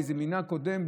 באיזה מנהג קודם,